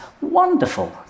Wonderful